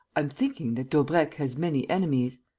i'm thinking that daubrecq has many enemies.